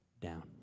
down